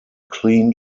clean